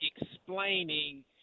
explaining